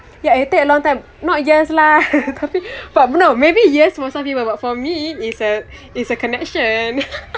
ya it take a long time not years lah tapi but no maybe years for somebody but for me it's a it's a connection